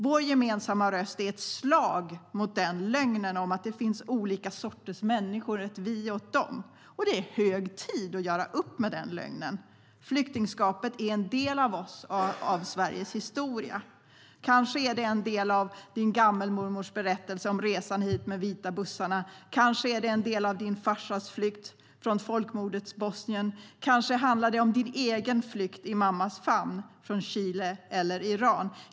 Vår gemensamma röst är ett slag mot lögnen om att det finns olika sorters människor, ett "vi" och ett "de", och det är hög tid att göra upp med den lögnen. Flyktingskapet är en del av oss och av Sveriges historia. Kanske är det en del av din gammelmormors berättelse om resan hit med vita bussarna. Kanske är det en del av din farsas flykt från folkmordets Bosnien. Kanske handlar det om din egen flykt i mammas famn från Chile eller Iran.